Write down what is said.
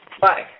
Bye